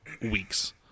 weeks